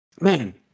Man